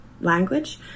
language